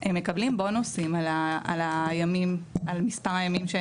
הם מקבלים בונוסים על מספר הימים שהם